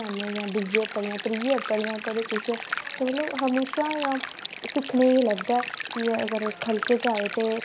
फोने च ओह् बी जियां बडे इयां पलेटफार्म होंदे है जियां न्यूज़ा बगैरा होई जंदियां जियां